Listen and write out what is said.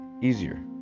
easier